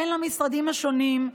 אין למשרדים השונים,